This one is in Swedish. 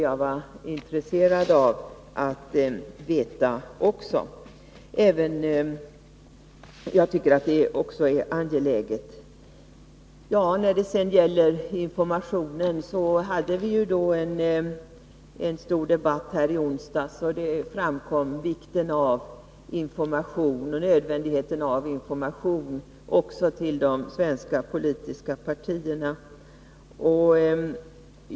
Jag är intresserad av att få veta också detta. När det gäller informationen hade vi en stor debatt här i onsdags. Då framkom vikten och nödvändigheten av information, också till de svenska politiska partierna.